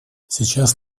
сейчас